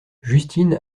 justine